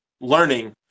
learning